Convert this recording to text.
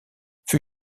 fut